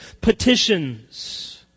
petitions